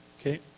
Okay